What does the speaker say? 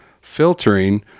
filtering